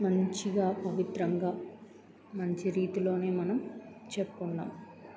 మంచిగా పవిత్రంగా మంచి రీతిలోనే మనం చెప్పుకున్నాం